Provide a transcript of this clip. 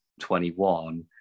21